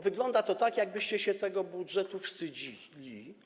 Wygląda to tak, jakbyście się tego budżetu wstydzili.